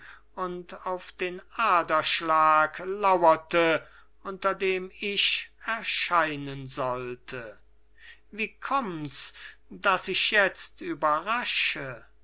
und auf den aderschlag lauerte unter dem ich erscheinen sollte wie kommt's daß ich jetzt überrasche